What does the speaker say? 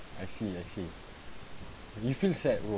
I see I see you feel sad bro